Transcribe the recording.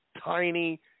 tiny